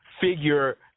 figure